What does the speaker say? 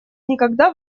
никогда